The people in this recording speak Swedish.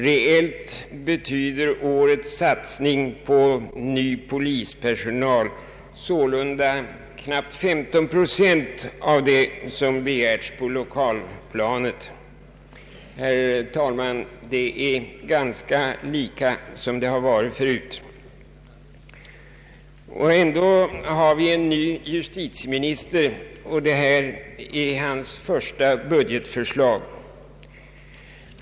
Reellt betyder årets satsning på ny polispersonal sålunda knappt 15 procent av det som begärts på lokalplanet. Herr talman, det är ganska lika som det har varit förut. ändå har vi en ny justitieminister, och detta är hans första budgetförslag.